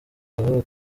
gahoro